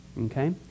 Okay